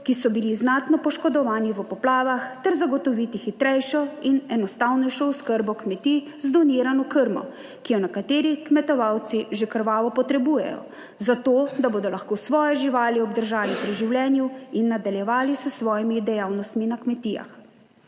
ki so bili znatno poškodovani v poplavah ter zagotoviti hitrejšo in enostavnejšo oskrbo kmetij z donirano krmo, ki jo nekateri kmetovalci že krvavo potrebujejo, zato, da bodo lahko svoje živali obdržali pri življenju in nadaljevali s svojimi dejavnostmi na kmetijah.